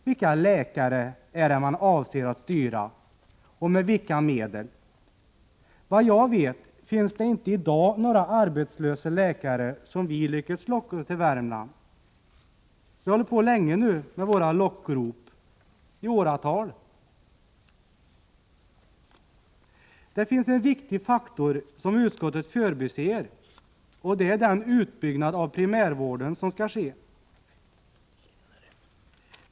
Vilka läkare är det man avser att styra och med vilka medel? Såvitt jag vet finns det i dag inte några arbetslösa läkare som vi lyckats locka till Värmland, trots att vi har hållit på länge med våra lockrop — i åratal. Det finns ett viktigt faktum som utskottet förbiser, och det är den utbyggnad av primärvården som skall ske.